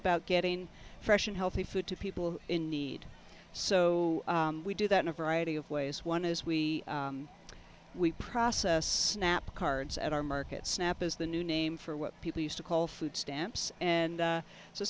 about getting fresh and healthy food to people in need so we do that in a variety of ways one is we we process snap cards at our markets snap is the new name for what people used to call food stamps and so so